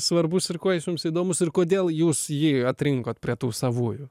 svarbus ir kuo jis jums įdomus ir kodėl jūs jį atrinkot prie tų savųjų